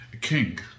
king